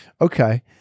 okay